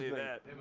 that.